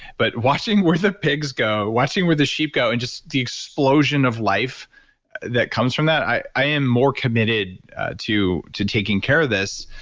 but watching where the pigs go, watching where the sheep go, and the explosion of life that comes from that. i i am more committed to to taking care of this.